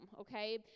okay